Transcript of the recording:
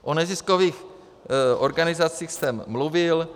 O neziskových organizacích jsem mluvil.